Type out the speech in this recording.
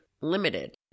limited